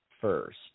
first